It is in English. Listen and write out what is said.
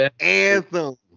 anthem